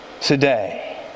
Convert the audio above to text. today